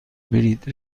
بلیط